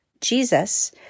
Jesus